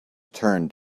turned